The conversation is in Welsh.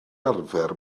arfer